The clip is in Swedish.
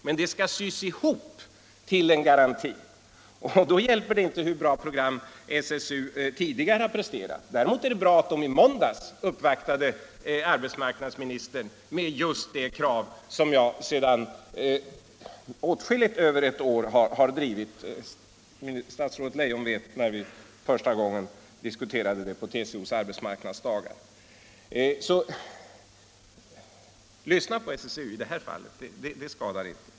Men det skall sys ihop till en garanti, och då hjälper det inte hur bra program SSU tidigare presterat. Däremot är det bra att SSU i måndags uppvaktade arbetsmarknadsministern med just det krav som jag i åtskilligt över ett år har drivit. Statsrådet Leijon vet att vi första gången diskuterade detta på TCO:s arbetsmarknadsdagar. Lyssna alltså på SSU i det här fallet! Det skadar inte.